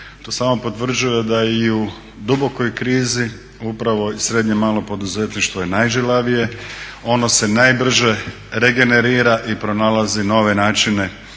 to samo potvrđuje da i u dubokoj krizi upravo i srednje i malo poduzetništvo je najžilavije, ono se najbrže regenerira i pronalazi nove načine